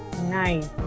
Nice